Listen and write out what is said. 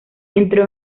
entró